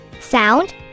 sound